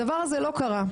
הדבר הזה לא קרה.